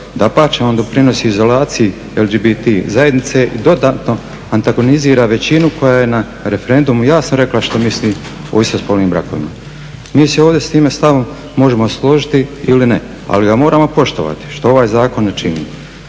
dapače on doprinosi izolaciji LGBT zajednice i dodatno antagonizira većinu koja je na referendumu jasno rekla što misli o istospolnim brakovima. Mi se ovdje s time stavom možemo složiti ili ne, ali ga moramo poštovati, što ovaj zakon ne čini.